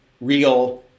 real